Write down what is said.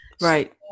Right